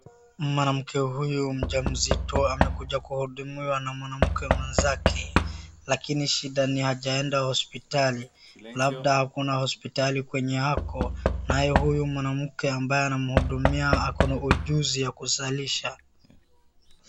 Mwanamke huyu mjamzito amekuja kuhudumiwa na mwanamke mwenzake, lakini shida ni hajaenda hospitali, labda hakuna hospitali kwenye ako, naye huyu mwanamke ambaye anamhudumia ako na ujuzi wa kuzalisha.